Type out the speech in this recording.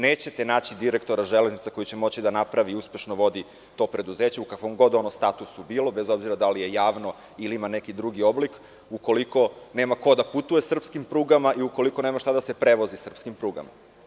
Nećete naći direktora „Železnica“ koji će moći da napravi i uspešno vodi to preduzeće, u kakvom god ono statusu bilo, bez obzira da li je javno ili ima neki drugi oblik, ukoliko nema ko da putuje srpskim prugama i ukoliko nema šta da se prevozi srpskim prugama.